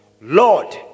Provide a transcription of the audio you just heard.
Lord